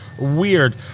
weird